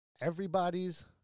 Everybody's